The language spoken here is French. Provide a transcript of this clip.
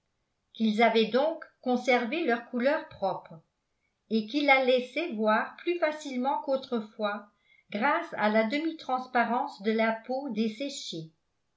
qu'ils avaient donc conservé leur couleur propre et qu'ils la laissaient voir plus facilement qu'autrefois grâce à la demi transparence de la peau